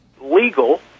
legal